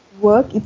work